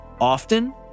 often